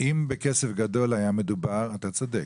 אם בכסף גדול היה מדובר אתה צודק.